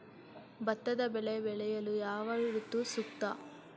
ಭತ್ತದ ಬೆಳೆ ಬೆಳೆಯಲು ಯಾವ ಋತು ಸೂಕ್ತ?